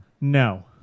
No